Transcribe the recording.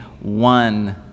one